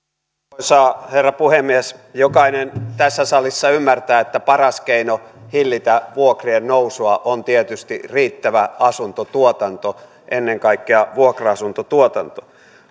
arvoisa herra puhemies jokainen tässä salissa ymmärtää että paras keino hillitä vuokrien nousua on tietysti riittävä asuntotuotanto ennen kaikkea vuokra asuntotuotanto